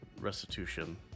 restitution